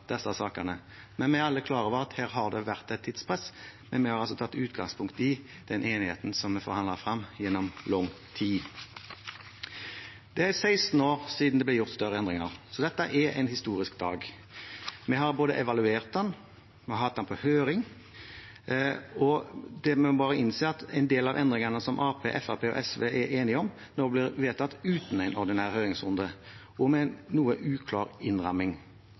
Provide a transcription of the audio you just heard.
disse sakene. Vi er alle klar over at det her har vært et tidspress, men vi har altså tatt utgangspunkt i den enigheten som vi har forhandlet frem gjennom lang tid. Det er 16 år siden det ble gjort større endringer i bioteknologiloven, så dette er en historisk dag. Vi har både evaluert loven og hatt den på høring, og vi må bare innse at en del av endringene som Arbeiderpartiet, Fremskrittspartiet og SV er enige om, nå blir vedtatt uten en ordinær høringsrunde og med en noe uklar innramming.